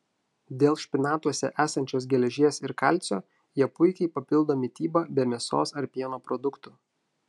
dėl špinatuose esančios geležies ir kalcio jie puikiai papildo mitybą be mėsos ar pieno produktų